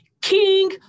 king